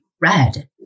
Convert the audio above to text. red